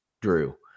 Drew